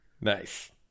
Nice